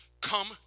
Come